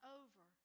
over